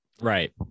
Right